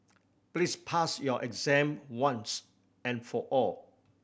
please pass your exam once and for all